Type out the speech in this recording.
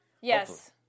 yes